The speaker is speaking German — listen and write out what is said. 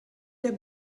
der